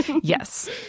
Yes